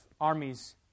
armies